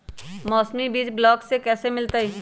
मौसमी बीज ब्लॉक से कैसे मिलताई?